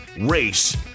race